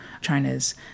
China's